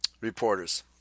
reporters